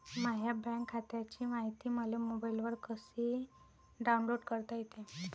माह्या बँक खात्याची मायती मले मोबाईलवर कसी डाऊनलोड करता येते?